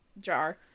jar